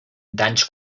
danys